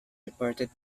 reported